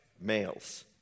males